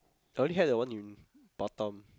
the only hat that one in Batam